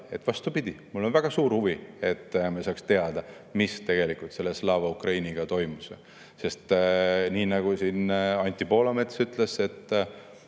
ole, vastupidi, mul on väga suur huvi, et me saaks teada, mis tegelikult Slava Ukrainiga toimus, sest nii nagu siin Anti Poolamets ütles, see